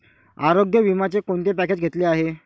आरोग्य विम्याचे कोणते पॅकेज घेतले आहे?